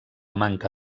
manca